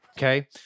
Okay